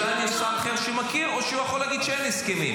השאלה היא אם יש שר אחר שמכיר או שיכול להגיד שאין הסכמים.